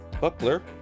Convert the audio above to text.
Buckler